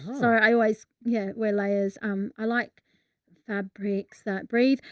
i i always yeah wear layers um, i like fabrics that breathe,